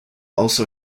also